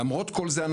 למרות כל זה,